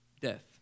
death